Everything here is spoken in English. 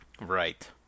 Right